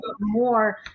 more